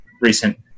recent